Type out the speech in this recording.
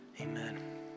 amen